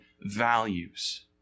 values